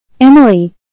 Emily